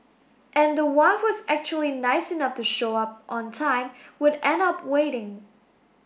and the one who's actually nice enough to show up on time would end up waiting